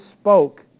spoke